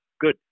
good